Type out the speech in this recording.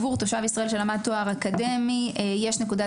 עבור תושב ישראל שלמד תואר אקדמי יש נקודת